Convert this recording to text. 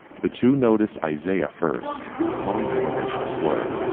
the two notice isaiah, first calling him a racial slur,